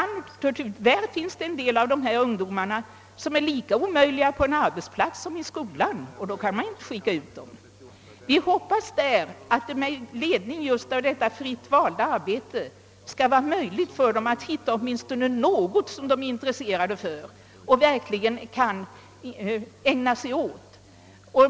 Tyvärr är en del av de ungdomar det gäller lika omöjliga på en arbetsplats som i skolan, och då kan man inte skicka ut dem i arbetslivet. Vi hoppas att det med ledning av detta fritt valda arbete skall vara möjligt för de aktuella ungdomarna att finna åtminstone något som de är intresserade av och verkligen kan ägna sig åt.